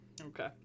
Okay